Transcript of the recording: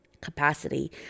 capacity